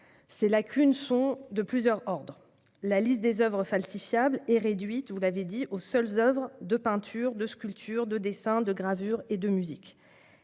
Ces lacunes sont de plusieurs ordres. La liste des oeuvres falsifiables est réduite aux seules oeuvres de peinture, de sculpture, de dessin, de gravure et de musique.